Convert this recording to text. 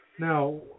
Now